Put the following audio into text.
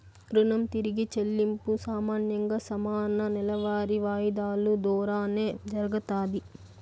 రుణం తిరిగి చెల్లింపు సామాన్యంగా సమాన నెలవారీ వాయిదాలు దోరానే జరగతాది